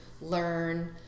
learn